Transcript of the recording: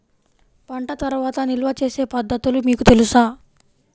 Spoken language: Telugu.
పంట తర్వాత నిల్వ చేసే పద్ధతులు మీకు తెలుసా?